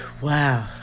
wow